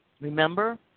Remember